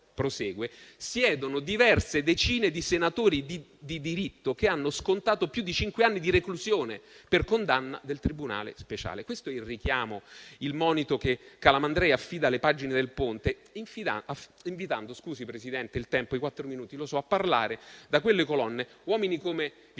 siedono diverse decine di senatori di diritto che hanno scontato più di cinque anni di reclusione per condanna del tribunale speciale. Questo il richiamo, il monito che Calamandrei affida alle pagine de «Il Ponte» invitando - scusi, Presidente, il tempo, i quattro minuti, lo so - a parlare da quelle colonne uomini come Vittorio